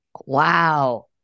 Wow